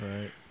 Right